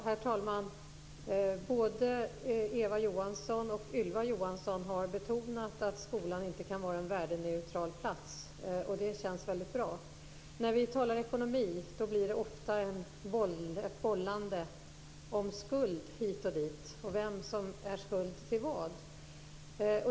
Herr talman! Både Eva Johansson och Ylva Johansson har betonat att skolan inte kan vara en värdeneutral plats, och det känns väldigt bra. När vi talar ekonomi blir det ofta ett bollande om skuld hit och dit, vem som är skuld till vad.